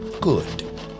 Good